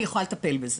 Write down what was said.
אני יכולה לטפל בזה,